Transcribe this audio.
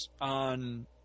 on